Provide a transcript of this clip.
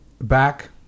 back